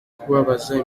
kubabaza